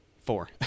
Four